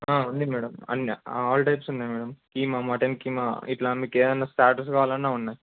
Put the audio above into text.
ఉంది మ్యాడమ్ అన్నీ all types ఉన్నాయి మ్యాడమ్ కీమా మటన్ కీమా ఇట్లా మీకు ఏమన్న స్టార్టర్స్ కావాలన్న ఉన్నాయి